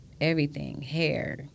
everything—hair